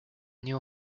new